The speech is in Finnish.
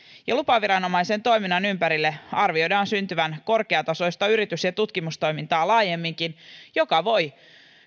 ja lupaviranomaisen toiminnan ympärille arvioidaan syntyvän korkeatasoista yritys ja tutkimustoimintaa laajemminkin joka voi